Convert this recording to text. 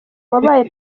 wabaye